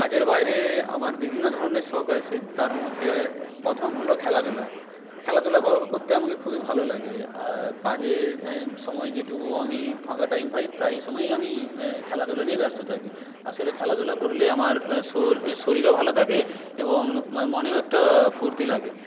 কাজের বাইরে আমার বিভিন্ন ধরণের শখ আছে তার মধ্যে প্রথম হল খেলাধুলা খেলাধুলা করতে আমাকে খুবই ভালো লাগে কাজের সময় যেটুকু আমি ফাঁকা টাইম পাই প্রায় সময়ই আমি খেলাধুলা নিয়ে ব্যস্ত থাকি আসলে খেলাধুলা করলে আমার শরীরও ভালো থাকে এবং মনেও একটা ফুর্তি লাগে